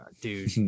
dude